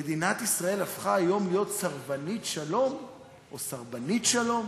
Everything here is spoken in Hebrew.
מדינת ישראל הפכה היום להיות סרבנית שלום או סרבּנית שלום?